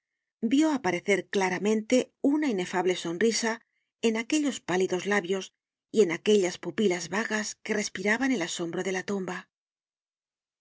vió aparecer claramente una inefable sonrisa en aquellos pálidos labios y en aquellas pupilas vagas que respiraban el asombro de la tumba